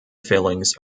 fillings